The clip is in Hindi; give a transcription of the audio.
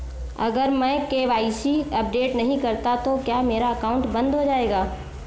अगर मैं के.वाई.सी अपडेट नहीं करता तो क्या मेरा अकाउंट बंद हो जाएगा?